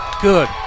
good